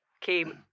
came